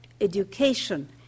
education